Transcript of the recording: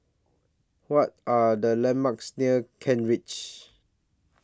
What Are The landmarks near Kent Ridge